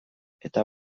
eta